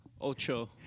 Ocho